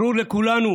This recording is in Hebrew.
ברור לכולנו